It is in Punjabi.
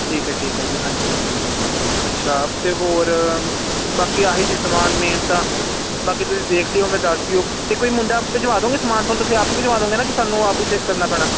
ਠੀਕ ਹੈ ਠੀਕ ਹੈ ਜੀ ਹਾਂਜੀ ਹਾਂਜੀ ਅੱਛਾ ਅਤੇ ਹੋਰ ਬਾਕੀ ਆਹੀ ਸੀ ਸਮਾਨ ਮੇਨ ਤਾਂ ਬਾਕੀ ਤੁਸੀਂ ਦੇਖ ਲਿਓ ਮੈਨੂੰ ਦੱਸ ਦਿਓ ਅਤੇ ਕੋਈ ਮੁੰਡਾ ਭਿਜਵਾ ਦਓਗੇ ਸਮਾਨ ਤੁਸੀਂ ਆਪੇ ਭਿਜਵਾ ਦਓਗੇ ਕਿ ਸਾਨੂੰ ਆਪ ਹੀ ਫਿਰ ਕਰਨਾ ਪੈਣਾ